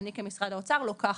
אני כמשרד האוצר לוקחת.